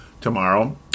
tomorrow